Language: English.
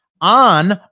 on